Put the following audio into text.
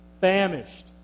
famished